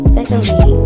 Secondly